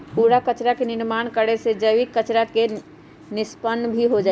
कूड़ा कचरा के निर्माण करे से जैविक कचरा के निष्पन्न भी हो जाहई